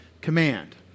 Command